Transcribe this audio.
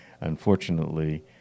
unfortunately